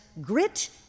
grit